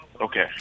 Okay